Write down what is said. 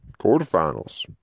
Quarterfinals